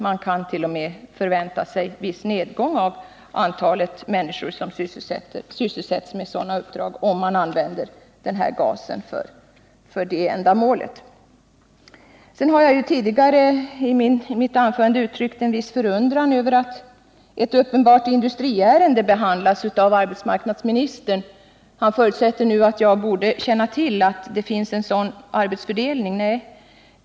Man kan således t.o.m. förvänta sig viss nedgång av antalet sysselsatta, om man använder gasen för detta ändamål. Jag gav i mitt tidigare anförande uttryck för en viss förundran över att ett uppenbart industriärende behandlas av arbetsmarknadsministern. Arbetsmarknadsministern sade att han förutsatte att jag kände till att det fanns en sådan arbetsfördelning.